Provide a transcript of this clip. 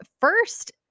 first